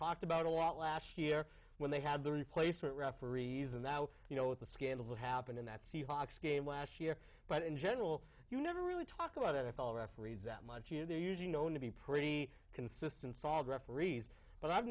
talked about a lot last year when they had the replacement referees and now you know with the scandals that happened in that seahawks game last year but in general you never really talk about it at all referees that much you know they're usually known to be pretty consistent solid referees but i've